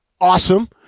Awesome